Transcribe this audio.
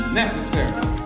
necessary